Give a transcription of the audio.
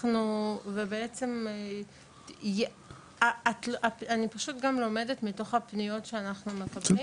ובעצם אני פשוט גם לומדת מתוך הפניות שאנחנו מקבלים.